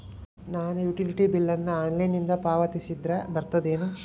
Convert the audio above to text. ನಾನು utility bill ನ ಆನ್ಲೈನಿಂದ ಪಾವತಿಸಿದ್ರ ಬರ್ತದೇನು?